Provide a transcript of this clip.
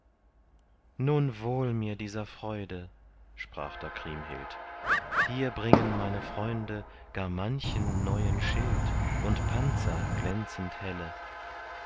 nun wohl mir dieser freude sprach da kriemhild hier bringen meine freunde gar manchen neuen schild und panzer glänzend helle